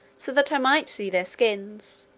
so that i might see their skins,